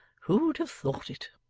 who'd have thought it